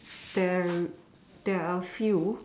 there there are a few